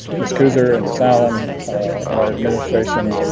miss kooser and this alan and our administration